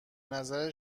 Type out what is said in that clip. نظر